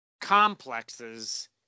complexes